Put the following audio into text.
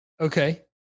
Okay